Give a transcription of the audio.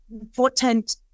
important